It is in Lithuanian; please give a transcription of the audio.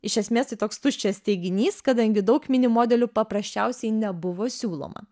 iš esmės tai toks tuščias teiginys kadangi daug mini modelių paprasčiausiai nebuvo siūloma